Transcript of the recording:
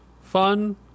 fun